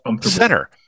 center